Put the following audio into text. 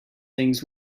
things